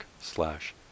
slash